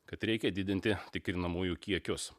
kad reikia didinti tikrinamųjų kiekius